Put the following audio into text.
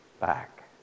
back